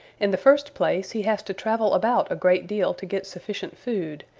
in the first place he has to travel about a great deal to get sufficient food,